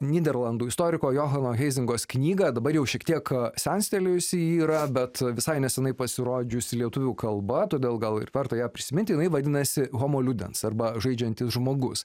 nyderlandų istoriko johano heizingos knygą dabar jau šiek tiek senstelėjusi ji yra bet visai neseniai pasirodžiusi lietuvių kalba todėl gal ir verta ją prismininti jinai vadinasi homo ludens arba žaidžiantis žmogus